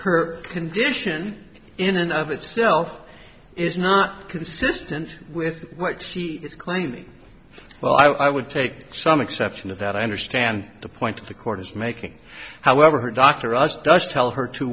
her condition in and of itself is not consistent with what she is claiming well i would take some exception to that i understand the point to the courts making however her doctor us does tell her to